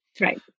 right